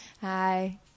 Hi